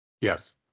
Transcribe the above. Yes